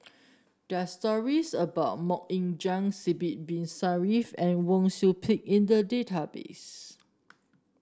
there are stories about MoK Ying Jang Sidek Bin Saniff and Wang Sui Pick in the database